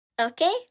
Okay